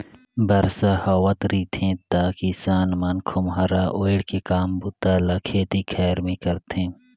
बरसा हावत रिथे त किसान मन खोम्हरा ओएढ़ के काम बूता ल खेती खाएर मे करथे